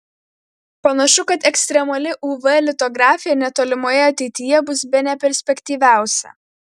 panašu kad ekstremali uv litografija netolimoje ateityje bus bene perspektyviausia